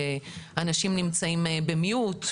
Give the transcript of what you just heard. שאנשים נמצאים ב-מיוט,